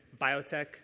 biotech